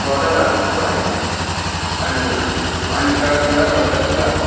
सटै भए जस्तो लाग्यो होइन होइन चडाक चडाक गर्दैछ त